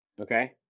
Okay